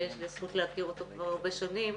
שיש לי זכות להכיר אותו כבר הרבה שנים,